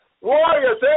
warriors